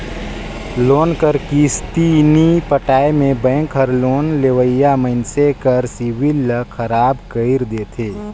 loan कर किस्ती नी पटाए में बेंक हर लोन लेवइया मइनसे कर सिविल ल खराब कइर देथे